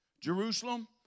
Jerusalem